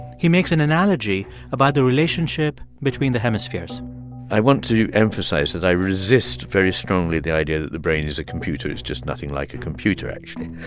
he makes an analogy about the relationship between the hemispheres i want to emphasize that i resist very strongly the idea that the brain is a computer. it's just nothing like a computer, actually.